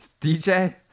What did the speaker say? DJ